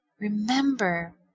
Remember